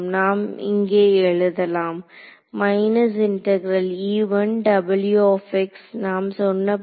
நாம் இங்கே எழுதலாம் மைனஸ் இன்டகிரேல் நாம் சொன்னபடி